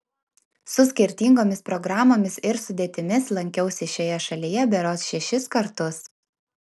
su skirtingomis programomis ir sudėtimis lankiausi šioje šalyje berods šešis kartus